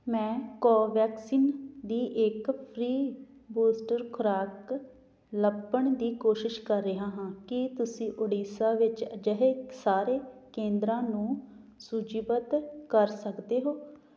ਮੈਂ ਕੋਵੈਕਸਿਨ ਦੀ ਇੱਕ ਫ੍ਰੀ ਬੂਸਟਰ ਖੁਰਾਕ ਲੱਭਣ ਦੀ ਕੋਸ਼ਿਸ਼ ਕਰ ਰਿਹਾ ਹਾਂ ਕੀ ਤੁਸੀਂ ਓਡੀਸ਼ਾ ਵਿੱਚ ਅਜਿਹੇ ਸਾਰੇ ਕੇਂਦਰਾਂ ਨੂੰ ਸੂਚੀਬੱਧ ਕਰ ਸਕਦੇ ਹੋ